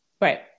Right